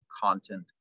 content